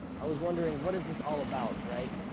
i was wondering what is this all about, right.